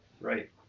right